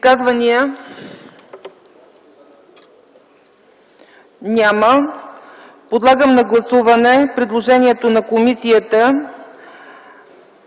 прието. Подлагам на гласуване предложението на комисията